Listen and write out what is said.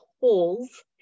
holes